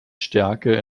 stärke